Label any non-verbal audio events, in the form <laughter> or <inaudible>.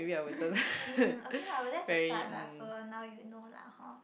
<coughs> um okay lah but that's the start lah so now you know lah hor